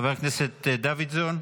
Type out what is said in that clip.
חבר הכנסת דוידסון,